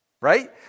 right